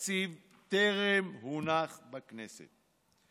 התקציב טרם הונח בכנסת.